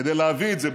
כדי להביא את זה.